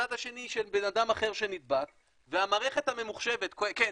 ובצד השני יש בן אדם אחר שנדבק והמערכת הממוחשבת כן,